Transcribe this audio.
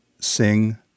sing